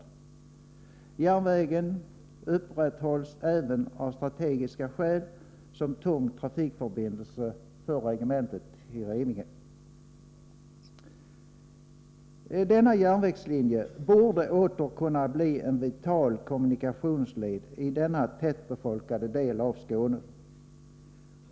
Järnvägen upprätthålls även av strategiska skäl som tung trafikförbindelse till regementet i Revinge. Denna järnvägslinje borde åter kunna bli en vital kommunikationsled i denna tätt befolkade del av Skåne.